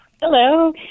Hello